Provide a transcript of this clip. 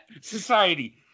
society